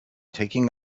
taking